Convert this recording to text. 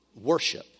worship